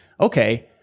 Okay